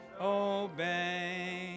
obey